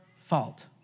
fault